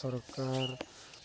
সরকার